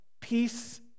Peace